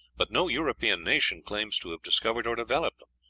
but no european nation claims to have discovered or developed them,